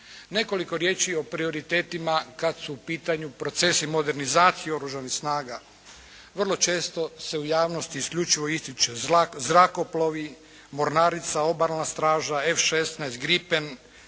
Nekoliko riječi o prioritetima kada su u pitanju procesi modernizacije Oružanih snaga. Vrlo često se u javnosti isključivo ističu zrakoplovi, mornarica, obalna straža, F16 gripen,